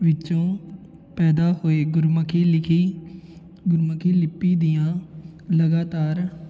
ਵਿੱਚੋਂ ਪੈਦਾ ਹੋਏ ਗੁਰਮੁਖੀ ਲਿਖੀ ਗੁਰਮੁਖੀ ਲਿਪੀ ਦੀਆਂ ਲਗਾਤਾਰ